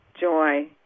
joy